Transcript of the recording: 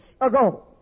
ago